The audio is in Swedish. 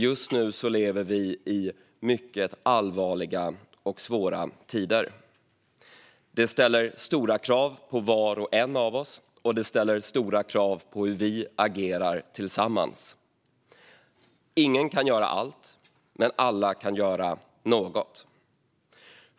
Just nu lever vi i mycket allvarliga och svåra tider. Det ställer stora krav på var och en av oss, och det ställer stora krav på hur vi agerar tillsammans. Ingen kan göra allt, men alla kan göra något.